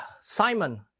Simon